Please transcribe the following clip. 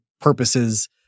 purposes